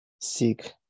Seek